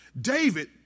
David